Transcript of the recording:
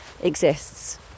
exists